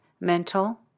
mental